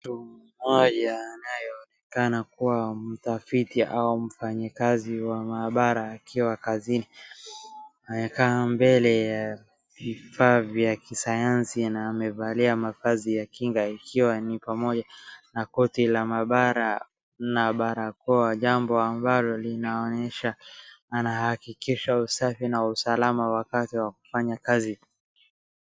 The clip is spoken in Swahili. Mtu mmoja anyeonekana kuwa mtafiti au mfanyikazi wa maabara akiwa kazini amekaa mbele ya vifaa vya kisayansi na amevaa mavazi ya kinga ikiwa ni pamoja na koti la maabara na barakoa, jambo ambalo linaonyesha, anahakikisha usafi na usalama wakati wa kufanya kazi.